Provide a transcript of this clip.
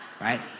right